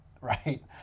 right